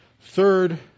third